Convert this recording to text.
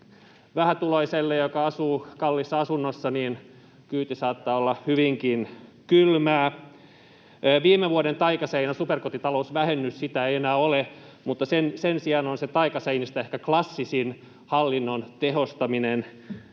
vähätuloiselle, joka asuu kalliissa asunnossa, kyyti saattaa olla hyvinkin kylmää. Viime vuoden taikaseinää, superkotitalousvähennystä, ei enää ole, mutta sen sijaan on taikaseinistä ehkä se klassisin: hallinnon tehostaminen